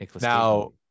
Now